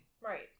Right